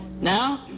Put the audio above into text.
Now